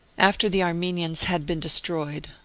after the ar menians had been destroyed,